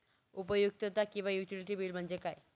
उपयुक्तता किंवा utility bill म्हणजे काय?